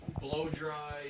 blow-dry